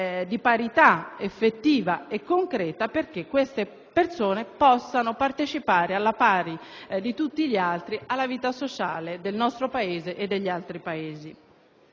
di parità effettiva e concreta affinché queste persone possano partecipare alla pari di tutti gli altri alla vita sociale del nostro e degli altri Paesi.